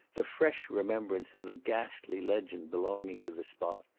the fresh remembrance of the ghastly legend belonging to the spot,